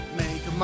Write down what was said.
make